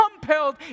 compelled